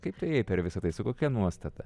kaip tu ėjai per visa tai su kokia nuostata